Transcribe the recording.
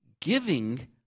giving